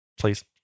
please